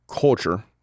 culture